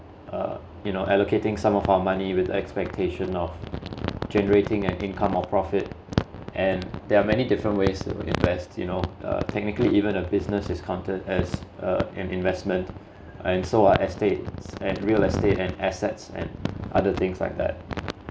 uh you know allocating some of our money with expectation of generating an income or profit and there are many different ways to invest you know uh technically even a business is counted as uh an investment and so are estates and real estate and assets and other things like that